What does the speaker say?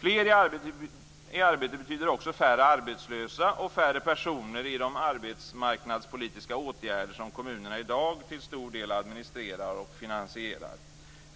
Fler i arbete betyder också färre arbetslösa och färre personer i de arbetsmarknadspolitiska åtgärder som kommunerna i dag till stor del administrerar och finansierar.